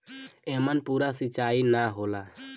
एमन पूरा सींचाई ना होला